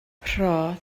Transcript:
rho